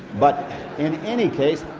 but in any case,